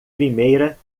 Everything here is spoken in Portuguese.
primeira